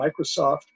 Microsoft